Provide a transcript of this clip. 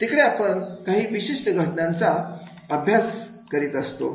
तिकडे आपण काही विशिष्ट घटनांचा अभ्यास करत असतो